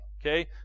Okay